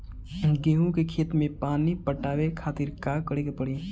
गेहूँ के खेत मे पानी पटावे के खातीर का करे के परी?